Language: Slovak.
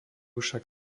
však